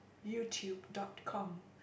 YouTube dot com